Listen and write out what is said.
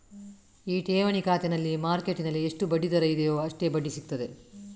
ಈ ಠೇವಣಿ ಖಾತೆನಲ್ಲಿ ಮಾರ್ಕೆಟ್ಟಿನಲ್ಲಿ ಎಷ್ಟು ಬಡ್ಡಿ ದರ ಇದೆಯೋ ಅಷ್ಟೇ ಬಡ್ಡಿ ಸಿಗ್ತದೆ